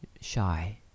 shy